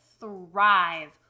thrive